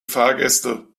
fahrgäste